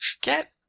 Get